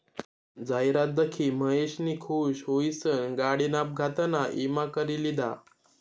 जाहिरात दखी महेशनी खुश हुईसन गाडीना अपघातना ईमा करी लिधा